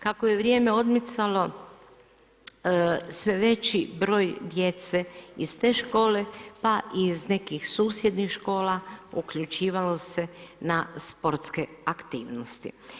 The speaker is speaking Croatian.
Kako je vrijeme odmicalo sve veći broj djece iz te škole pa i iz nekih susjednih škola uključivalo se na sportske aktivnosti.